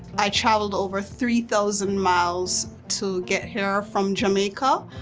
i traveled over three thousand miles to get here from jamaica,